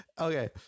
Okay